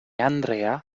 andrea